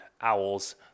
Owls